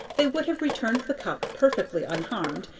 they would have returned the cup, perfectly unharmed,